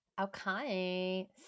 okay